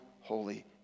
holy